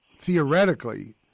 theoretically